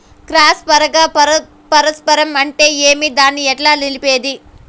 Cross పరాగ సంపర్కం అంటే ఏమి? దాన్ని ఎట్లా నిలిపేది?